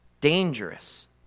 dangerous